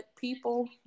people